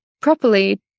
properly